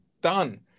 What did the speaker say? done